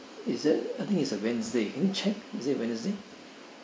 is that I think is a wednesday can you check is it a wednesday